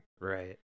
Right